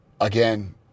again